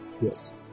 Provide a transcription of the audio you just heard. Yes